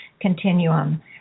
continuum